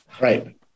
Right